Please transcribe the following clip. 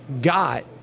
got